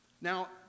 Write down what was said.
Now